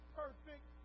perfect